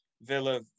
Villa